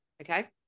Okay